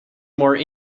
more